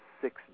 six